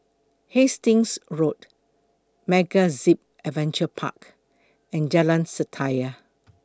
Hastings Road MegaZip Adventure Park and Jalan Setia